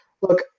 Look